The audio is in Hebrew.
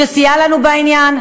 שסייע לנו בעניין.